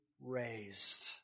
raised